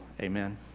Amen